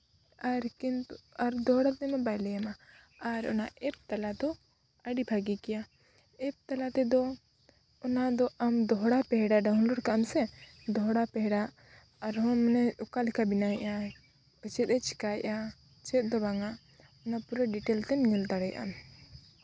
ᱟᱨ ᱠᱤᱱᱛᱩ ᱫᱚᱦᱲᱟ ᱛᱮᱢᱟ ᱞᱟᱹᱭᱟᱢᱟ ᱟᱨ ᱚᱱᱟ ᱮᱯ ᱛᱟᱞᱟ ᱫᱚ ᱟᱹᱰᱤ ᱵᱷᱟᱹᱜᱤ ᱜᱮᱭᱟ ᱮᱯ ᱛᱟᱞᱟ ᱛᱮᱫᱚ ᱚᱱᱟᱫᱚ ᱫᱚᱦᱲᱟ ᱯᱮᱦᱲᱟ ᱰᱟᱣᱩᱱᱞᱳᱰ ᱠᱟᱜ ᱟᱢ ᱥᱮ ᱫᱚᱦᱲᱟ ᱯᱮᱦᱲᱟ ᱟᱨᱦᱚᱸ ᱢᱟᱱᱮ ᱚᱠᱟ ᱞᱮᱠᱟ ᱵᱮᱱᱟᱣᱮᱜᱼᱟᱭ ᱪᱮᱫ ᱮ ᱪᱤᱠᱟᱭᱮᱫᱼᱟ ᱪᱮᱫ ᱫᱚ ᱵᱟᱝᱟ ᱚᱱᱟ ᱯᱩᱨᱟᱹ ᱰᱤᱴᱮᱞᱥ ᱛᱮᱢ ᱧᱮᱞ ᱫᱟᱲᱮᱭᱟᱜᱼᱟ